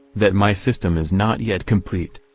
that my system is not yet complete.